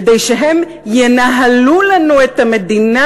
כדי שהם ינהלו לנו את המדינה,